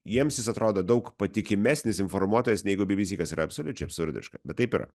jiems jis atrodo daug patikimesnis informuotojas negu bbc kas yra absoliučiai absurdiška bet taip yra